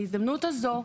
בהזדמנות הזו,